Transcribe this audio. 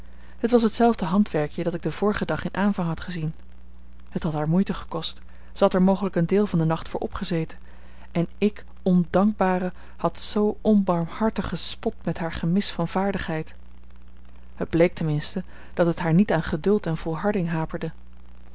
het was hetzelfde handwerkje dat ik den vorigen dag in aanvang had gezien het had haar moeite gekost zij had er mogelijk een deel van den nacht voor opgezeten en ik ondankbare had zoo onbarmhartig gespot met haar gemis van vaardigheid het bleek ten minste dat het haar niet aan geduld en volharding haperde